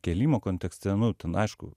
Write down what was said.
kėlimo kontekste nu ten aišku